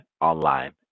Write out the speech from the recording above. online